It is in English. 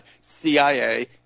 CIA